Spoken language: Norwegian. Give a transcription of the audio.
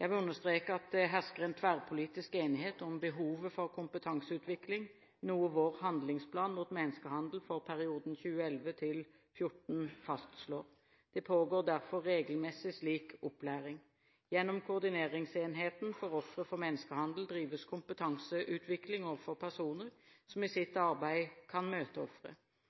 Jeg vil understreke at det hersker en tverrpolitisk enighet om behovet for kompetanseutvikling, noe vår handlingsplan mot menneskehandel for perioden 2011–2014 fastslår. Det pågår derfor regelmessig slik opplæring. Gjennom koordineringsenheten for ofre for menneskehandel drives kompetanseutvikling overfor personer som i sitt arbeid kan møte ofre.